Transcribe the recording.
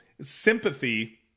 sympathy